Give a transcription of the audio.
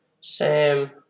Sam